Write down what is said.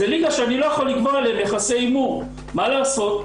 זו ליגה שאני לא יכול --- יחסי הימור - מה לעשות.